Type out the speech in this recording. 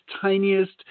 tiniest